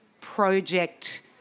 project